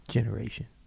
Generation